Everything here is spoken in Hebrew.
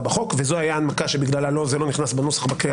בחוק וזו הייתה ההנמקה בגללה זה לא נכנס בנוסח בקריאה